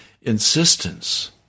insistence